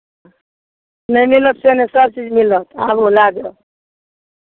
नहि मिलत से नहि सभचीज मिलत आबू लए जाउ